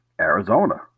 Arizona